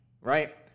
right